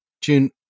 June